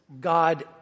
God